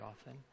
often